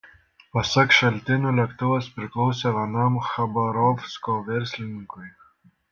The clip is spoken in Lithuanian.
pasak šaltinių lėktuvas priklausė vienam chabarovsko verslininkui